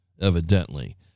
evidently